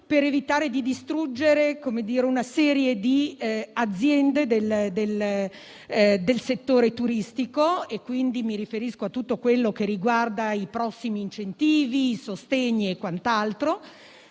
per evitare di distruggere una serie di aziende del settore turistico (mi riferisco a tutto quello che riguarda i prossimi incentivi, i sostegni e quant'altro),